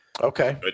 Okay